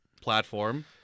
platform